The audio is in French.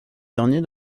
dernier